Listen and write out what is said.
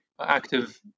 active